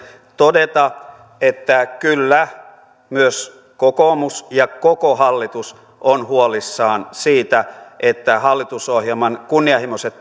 todeta että kyllä myös kokoomus ja koko hallitus on huolissaan siitä että hallitusohjelman kunnianhimoiset